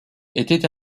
était